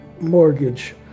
mortgage